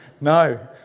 No